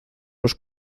los